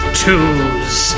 twos